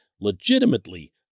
legitimately